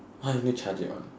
I need to charge it one